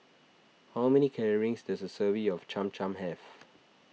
how many calories does a serving of Cham Cham have